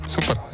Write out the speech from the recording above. Super